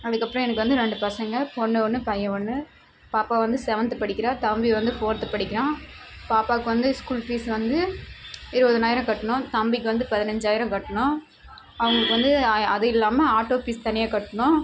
அதுக்கப்புறம் எனக்கு வந்து ரெண்டு பசங்கள் பொண்ணு ஒன்னு பையன் ஒன்னு பாப்பா வந்த செவன்த்து படிக்கிறாள் தம்பி வந்து ஃபோர்த்து படிக்கிறான் பாப்பாக்கு வந்து ஸ்கூல் ஃபீஸ் வந்து இருபதனாயிரம் கட்டணும் தம்பிக்கு வந்து பதினஞ்சாயிரம் கட்டணும் அவங்களுக்கு வந்து அ அது இல்லாமல் ஆட்டோ ஃபீஸ் தனியாக கட்டணும்